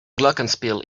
glockenspiel